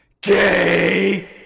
Gay